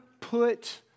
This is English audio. put